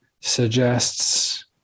suggests